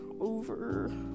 over